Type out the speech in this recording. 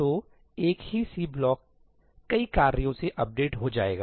तो एक ही C ब्लॉक कई कार्यों से अपडेट हो जाएगा